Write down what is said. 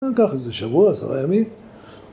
נקח איזה שבוע עשרה ימים